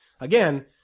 again